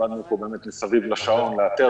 עבדנו פה באמת מסביב לשעון כדי לאתר